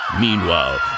Meanwhile